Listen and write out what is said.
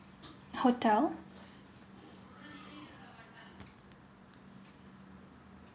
hotel